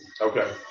Okay